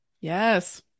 Yes